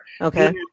Okay